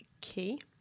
key